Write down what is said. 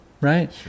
right